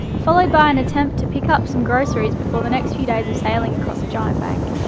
followed by an attempt to pick up some groceries before the next few days of sailing across a giant bank,